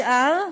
השאר,